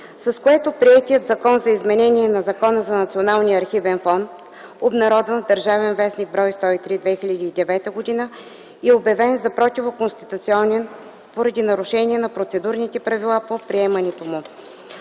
с което приетият Закон за изменение на Закона за Националния архивен фонд, обн., ДВ, бр. 103 от 2009 г., е обявен за противоконституционен поради нарушение на процедурните правила по приемането му.